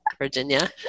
virginia